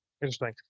Interesting